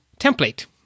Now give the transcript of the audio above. template